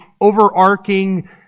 overarching